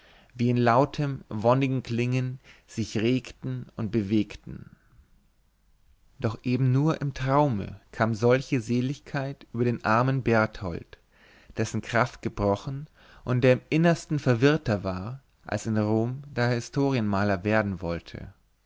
wie in lautem wonnigem klingen sich regten und bewegten doch eben nur im traume kam solche seligkeit über den armen berthold dessen kraft gebrochen und der im innersten verwirrter war als in rom da er historienmaler werden wollte